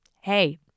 hey